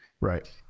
Right